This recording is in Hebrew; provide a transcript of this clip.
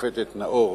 השופטת נאור,